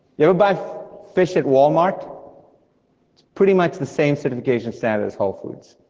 you ever buy fish at wal-mart? it's pretty much the same certification standards as whole foods,